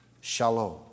Shalom